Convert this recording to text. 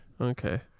Okay